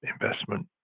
investment